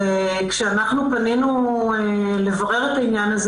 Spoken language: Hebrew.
כשאנחנו פנינו לברר את העניין הזה,